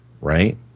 Right